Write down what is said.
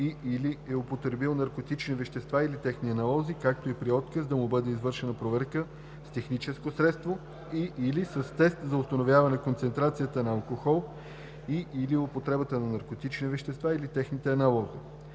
и/или е употребил наркотични вещества или техни аналози, както и при отказ да му бъде извършена проверка с техническо средство и/или с тест за установяване концентрацията на алкохол и/или употребата на наркотични вещества или техни аналози,